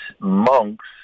monks